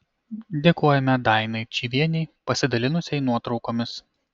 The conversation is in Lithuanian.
dėkojame dainai čyvienei pasidalinusiai nuotraukomis